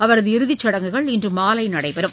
அவரது இறுதிச் சடங்குகள் இன்று மாலை நடைபெறுகிறது